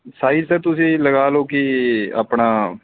size ਤਾਂ ਤੁਸੀਂ ਲਗਾ ਲਉ ਕਿ ਆਪਣਾ